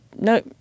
no